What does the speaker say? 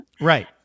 Right